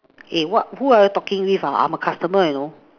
eh what who are you all talking with ah I'm a customer you know